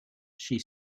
she